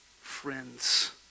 friends